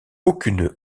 aucune